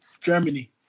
Germany